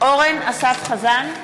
אורן אסף חזן,